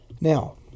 Now